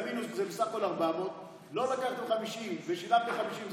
זה בסך הכול 400. לא לקחתם 50 ושילמתם 50,